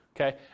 Okay